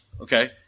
Okay